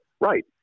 Right